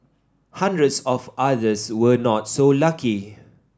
hundreds of others were not so lucky